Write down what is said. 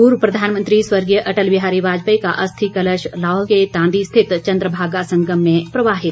पूर्व प्रधानमंत्री स्वर्गीय अटल बिहारी वाजपेयी का अस्थि कलश लाहौल के तांदी स्थित चंद्रभागा संगम में प्रवाहित